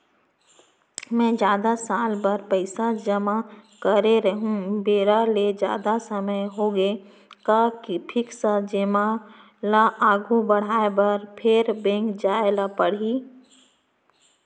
मैं एक साल बर पइसा जेमा करे रहेंव, बेरा ले जादा समय होगे हे का फिक्स जेमा ल आगू बढ़ाये बर फेर बैंक जाय ल परहि?